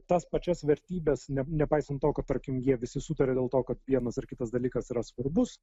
tas pačias vertybes ne nepaisant to kad tarkim jie visi sutaria dėl to kad vienas ar kitas dalykas yra svarbus